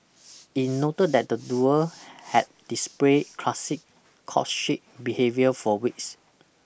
it noted that the duo had displayed classic courtship behaviour for weeks